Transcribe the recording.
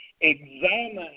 Examine